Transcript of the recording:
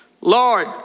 Lord